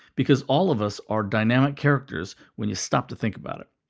because all of us are dynamic characters when you stop to think about it.